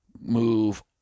move